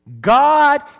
God